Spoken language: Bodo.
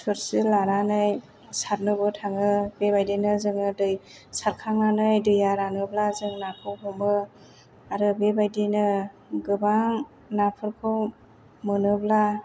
थोरसि लानानै सारनोबो थाङो बेबायदिनो जोङो दै सारखांनानै दैया रानोब्ला जों नाखौ हमो आरो बेबायदिनो गोबां नाफोरखौ मोनोब्ला